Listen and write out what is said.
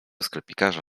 sklepikarza